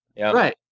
Right